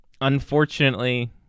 unfortunately